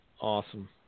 Awesome